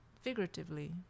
figuratively